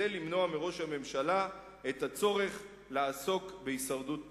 כדי למנוע מראש הממשלה את הצורך לעסוק בהישרדות פוליטית".